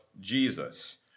Jesus